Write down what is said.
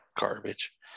garbage